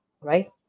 right